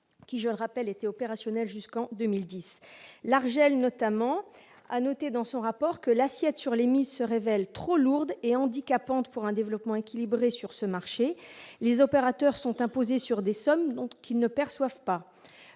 qui je rappelle est opérationnel jusqu'en 2010, l'Arjel notamment a noté dans son rapport que l'assiette sur les Miss se révèle trop lourde et handicapante pour un développement équilibré sur ce marché, les opérateurs sont imposées sur des sommes donc qui ne perçoivent pas